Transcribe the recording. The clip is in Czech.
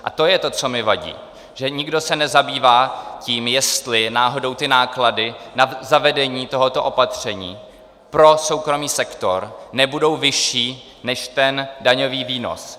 A to je to, co mi vadí, že se nikdo nezabývá tím, jestli náhodou náklady na zavedení tohoto opatření pro soukromý sektor nebudou vyšší než daňový výnos.